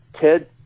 Ted